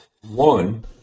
One